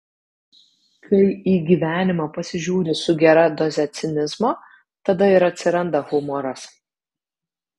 kai į gyvenimą pasižiūri su gera doze cinizmo tada ir atsiranda humoras